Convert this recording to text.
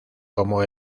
como